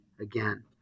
again